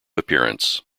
appearance